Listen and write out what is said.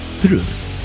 Truth